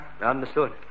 Understood